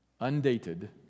undated